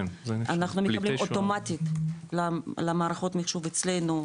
אנחנו מקבלים אוטומטית למערכות מחשוב אצלנו,